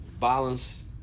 balance